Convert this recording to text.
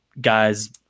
guys